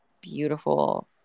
beautiful